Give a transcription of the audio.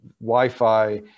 Wi-Fi